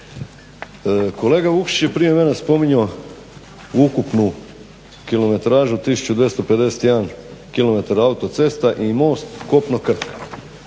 Kolega Vukšić je prije mene spominjao ukupnu kilometražu, 1251 km autocesta i most kopno-Krk.